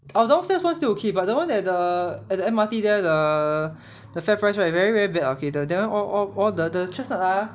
downstairs [one] still okay but the one at the at the M_R_T there at the the FairPrice right very very bad ah okay the that [one] all all all the chestnut ah